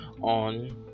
on